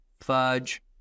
fudge